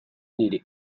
niri